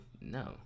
No